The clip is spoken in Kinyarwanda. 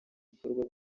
ibikorwa